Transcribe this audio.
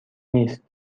نیست